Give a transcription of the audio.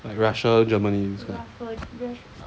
russia germany